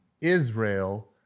Israel